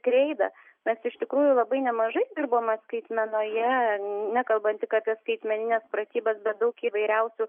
kreidą mes iš tikrųjų labai nemažai dirbome skaitmenoje nekalbant tik apie skaitmenines pratybas bet daug įvairiausių